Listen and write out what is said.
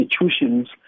institutions